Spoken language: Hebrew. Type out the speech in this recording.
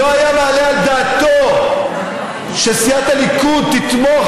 הוא לא היה מעלה על דעתו שסיעת הליכוד תתמוך